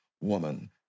woman